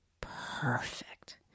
perfect